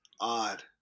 Odd